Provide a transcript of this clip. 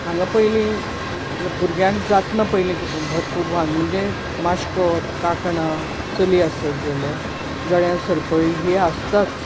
हांगां पयलीं भुरग्यांक जातना पयलीं भरपूर भांगर म्हणजे माश्कोत कांकणां चली आसत जाल्यार गळ्यांत सरपळी ही आसताच